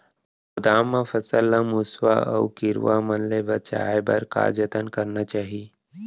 गोदाम मा फसल ला मुसवा अऊ कीरवा मन ले बचाये बर का जतन करना चाही?